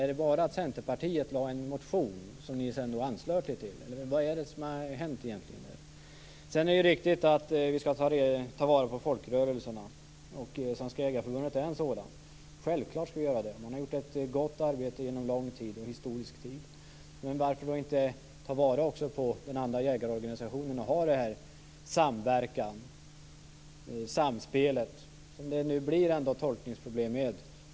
Är det bara att Centerpartiet väckte en motion, som ni sedan anslöt er till? Vad är det som har hänt egentligen? Det är riktigt att vi ska ta vara på folkrörelserna, och Svenska Jägareförbundet är en sådan. Självklart ska vi göra det. De har gjort ett gott arbete inom lång och historisk tid. Varför då inte ta vara också på den andra jägarorganisationen och ha denna samverkan och detta samspel? Med det här upplägget blir det ändå tolkningsproblem.